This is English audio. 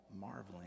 marveling